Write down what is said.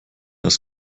das